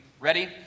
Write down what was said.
Ready